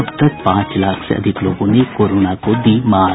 अब तक पांच लाख से अधिक लोगों ने कोरोना की दी मात